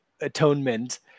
atonement